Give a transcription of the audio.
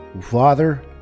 Father